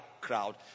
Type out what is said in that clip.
crowd